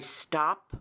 stop